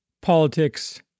politics